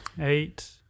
Eight